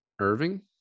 Irving